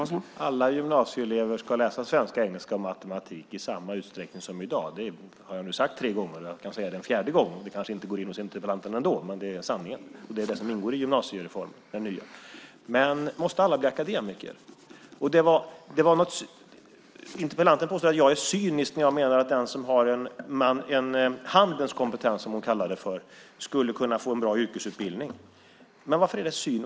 Herr talman! Alla gymnasieelever ska läsa svenska, engelska och matematik i samma utsträckning som i dag. Det har jag nu sagt tre gånger. Jag kan säga det också en fjärde gång. Det går kanske ändå inte in hos interpellanten, men det är sanningen och det som ingår i den nya gymnasiereformen. Måste alla bli akademiker? Interpellanten påstår att jag är cynisk när jag menar att den som har, som interpellanten kallar det för, en handens kompetens skulle kunna få en bra yrkesutbildning. Varför är det cyniskt?